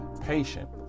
patient